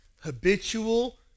Habitual